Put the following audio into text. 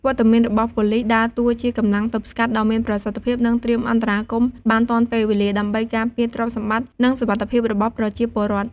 វត្តមានរបស់ប៉ូលិសដើរតួជាកម្លាំងទប់ស្កាត់ដ៏មានប្រសិទ្ធភាព និងត្រៀមអន្តរាគមន៍បានទាន់ពេលវេលា ដើម្បីការពារទ្រព្យសម្បត្តិ និងសុវត្ថិភាពរបស់ប្រជាពលរដ្ឋ។